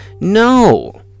No